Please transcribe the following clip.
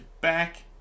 back